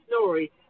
story